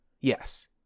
yes